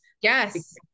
yes